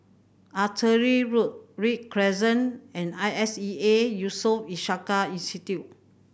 Artillery Road Read Crescent and I S E A Yusof Ishak Institute